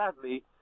sadly